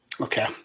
okay